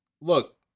Look